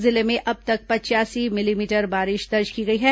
जिले में अब तक पचयासी मिलीमीटर बारिश दर्ज की गई है